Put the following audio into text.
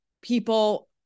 people